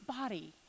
body